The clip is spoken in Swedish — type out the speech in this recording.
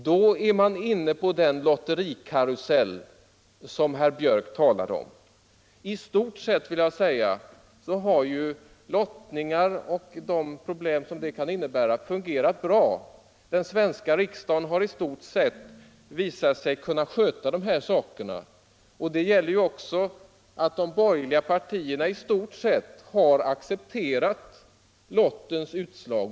Då uppstår den lotterikarusell som herr Björck talade om. I stort sett har lottningarna, trots de problem som de kan innebära, fungerat bra. Den svenska riksdagen har visat sig kunna sköta dessa saker. Även de borgerliga partierna har i allmänhet accepterat lottens utslag.